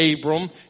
Abram